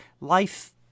life